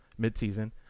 midseason